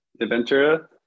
adventure